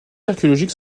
archéologiques